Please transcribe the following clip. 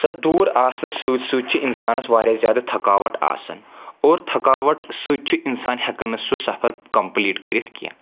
سو دوٗر آسنہٕ سۭتۍ سۭتۍ چھُ یہِ اِنسانس واریاہ زیادٕ تھکاوٹ آسَان اور تھکاوٹ سۭتۍ چھُ اِنسان ہیٚکَان سُہ سفر کمپلیٖٹ کٔرِتھ کینٛہہ